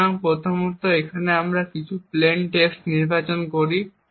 সুতরাং প্রথমত এখানে আমরা কিছু প্লেইন টেক্সট নির্বাচন করি